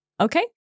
Okay